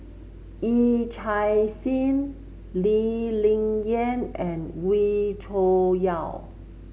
Yee Chia Hsing Lee Ling Yen and Wee Cho Yaw